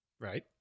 Right